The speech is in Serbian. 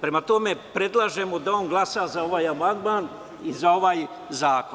Prema tome, predlažem mu da on glasa za ovaj amandman i za ovaj zakon.